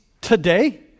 today